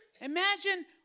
Imagine